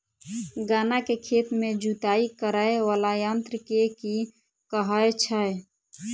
गन्ना केँ खेत केँ जुताई करै वला यंत्र केँ की कहय छै?